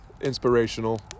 inspirational